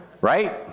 right